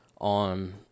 on